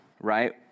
right